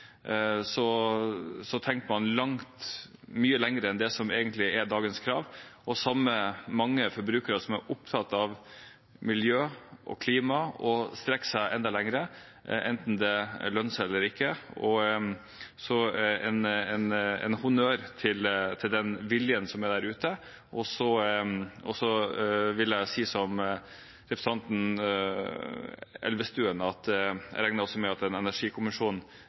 mye lenger enn det som egentlig er dagens krav, og det samme gjelder mange forbrukere, som er opptatt av miljø og klima og strekker seg enda lenger, enten det lønner seg eller ikke – så en honnør til den viljen som er der ute. Så vil jeg si, som representanten Elvestuen, at jeg regner med at